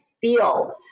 feel